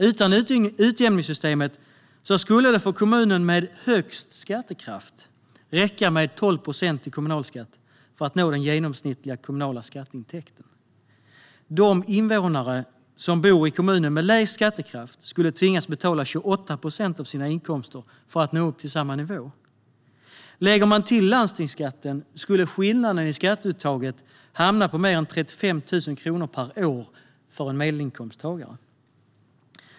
Utan utjämningssystemet skulle det för den kommun som har störst skattekraft räcka med 12 procent i kommunalskatt för att nå den genomsnittliga kommunala skatteintäkten. De invånare som bor i den kommun som har minst skattekraft skulle tvingas betala 28 procent av sina inkomster för att nå upp till samma nivå. Om man lägger till landstingsskatten skulle skillnaden i skatteuttag hamna på mer än 35 000 kronor per år för en medelinkomsttagare.